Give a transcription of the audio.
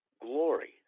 glory